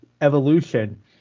evolution